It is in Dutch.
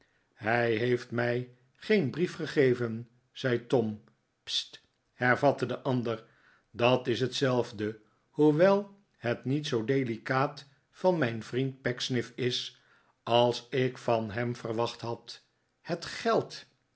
hij heeft mij geen brief gegeven zei tom sst hervatte de ander dat is hetzelfde hoewel het niet zoo delicaat van mijn vriend pecksniff is als ik van hem verwacht had het geld